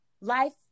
life